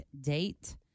Date